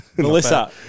Melissa